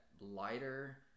lighter